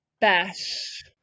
bash